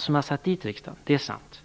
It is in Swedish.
som har satt dit riksdagen. Det är sant.